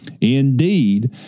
Indeed